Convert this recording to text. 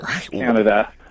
Canada